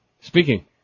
Speaking